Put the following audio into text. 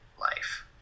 life